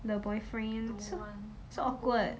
the boyfriend so so awkward